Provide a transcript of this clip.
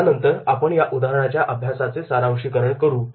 या नंतर आपण या उदाहरण अभ्यासाचे सारांशिकरण करू